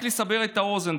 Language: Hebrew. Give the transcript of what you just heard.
רק לסבר את האוזן,